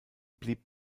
blieb